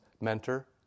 mentor